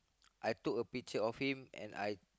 I took a picture of him and I